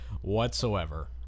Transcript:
whatsoever